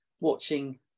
watching